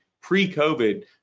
pre-COVID